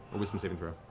a wisdom saving throw.